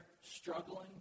struggling